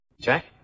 Jack